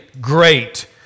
great